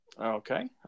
Okay